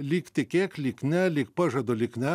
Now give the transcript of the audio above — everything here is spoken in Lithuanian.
lyg tikėk lyg ne lyg pažadu lyg ne